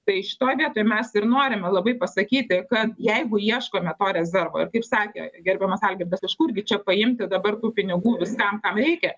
tai šitoj vietoj mes ir norime labai pasakyti kad jeigu ieškome to rezervo ir kaip sakė gerbiamas algirdas iš kur gi čia paimti dabar tų pinigų viskam kam reikia